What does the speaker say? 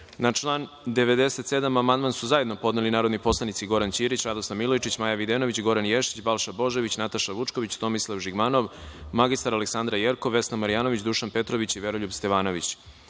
član 97. amandman su zajedno podneli narodni poslanici Goran Ćirić, Radoslav Milojičić, Maja Videnović, Goran Ješić, Balša Božović, Nataša Vučković, Tomislav Žigmanov, mr Aleksandra Jerkov, Vesna Marjanović, Dušan Petrović i Veroljub Stevanović. Vlada